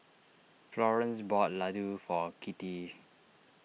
Florance bought Ladoo for Kitty